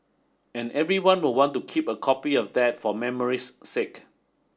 and everyone will want to keep a copy of that for memory's sake